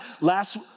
Last